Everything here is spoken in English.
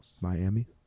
Miami